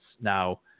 Now